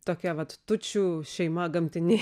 tokia vat tučių šeima gamtinė